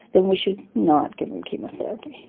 then we should not give them chemotherapy.